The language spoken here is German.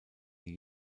die